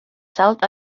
south